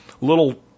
little